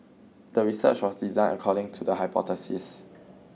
the research was designed according to the hypothesis